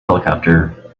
helicopter